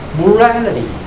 morality